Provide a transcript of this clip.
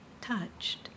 touched